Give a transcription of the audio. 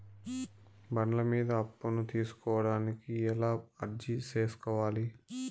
బండ్ల మీద అప్పును తీసుకోడానికి ఎలా అర్జీ సేసుకోవాలి?